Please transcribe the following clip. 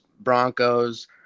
Broncos